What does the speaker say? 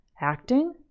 acting